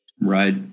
Right